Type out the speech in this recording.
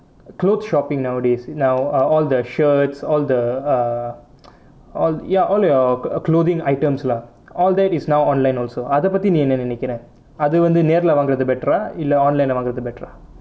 clothes shopping nowadays now ah all the shirts all the uh all ya all your clothing items lah all that is now online also அதை பத்தி நீ என்ன நினைக்குறை அதை வந்து நேருலே வாங்குறது:athai pathi nee enna ninaikkurai athai vanthu nerulae vaangurathu better ah இல்லை:illai online leh வாங்குறது:vaangurathu better ah